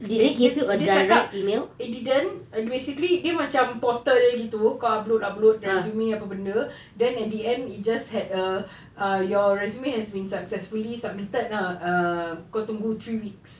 dia dia cakap they didn't basically dia macam portal gitu kau upload upload resume apa benda then at the end it just had a your resume has been successfully submitted ah ah kau tunggu three weeks